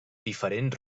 diferents